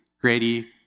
Grady